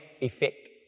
effect